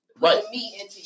Right